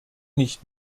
nicht